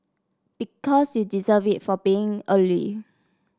because you deserve it for being early